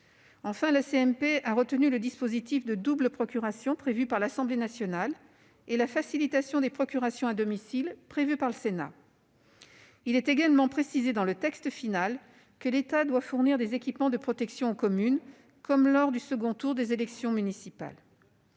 Enfin, la CMP a retenu le dispositif de double procuration prévu par l'Assemblée nationale et la facilitation des procurations à domicile prévue par le Sénat. Il est également précisé dans le texte final que l'État doit fournir des équipements de protection aux communes, comme lors du second tour des élections municipales.